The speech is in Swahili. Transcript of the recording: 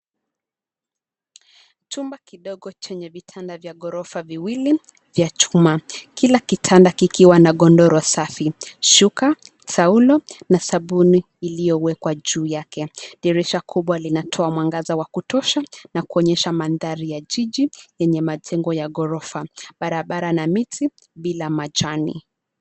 Chumba kidogo chenye vitanda vya ghorofa viwili vya chuma kila kitanda kikiwa na godoro safi. Shuka taulo na sabuni iliyo wekwa juu yake. Dirisha kubwa linatoa mwangaza wa kutosha na kuonyesha mandhari ya jiji yenye majengo ya gorofa, barabara na miti bila majani.